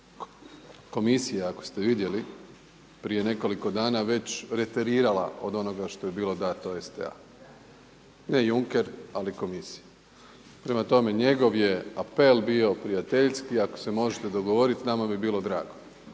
Komisija ako ste vidjeli prije nekoliko dana već reterirala od onoga što je bilo da to jest STA, ne Juncker ali komisija. Prema tome, njegov je apel bio prijateljski, ako se možete dogovoriti nama bi bilo drago.